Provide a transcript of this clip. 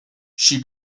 she